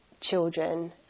children